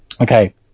Okay